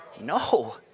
No